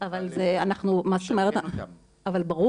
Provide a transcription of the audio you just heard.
שאנחנו נוכל לשכן אותם.